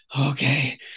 okay